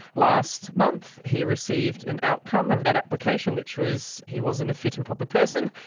last month he received an outcome of that application which was he wasn't a fit and proper person.